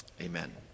Amen